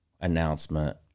announcement